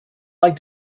like